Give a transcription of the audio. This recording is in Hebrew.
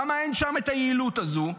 למה אין שם היעילות הזו?